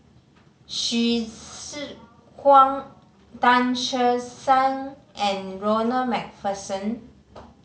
Hsu Tse Kwang Tan Che Sang and Ronald Macpherson